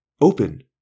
Open